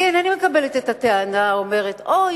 אני אינני מקבלת את הטענה האומרת: אוי,